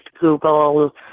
Google